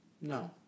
No